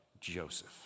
Joseph